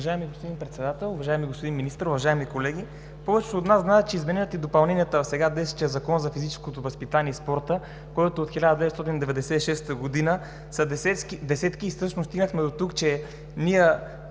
Уважаеми господин Председател, уважаеми господин Министър, уважаеми колеги! Повечето от нас знаят, че измененията и допълненията на сега действащия Закон за физическото възпитание и спорта, който е от 1996 г., са десетки и всъщност стигнахме дотук, че ние,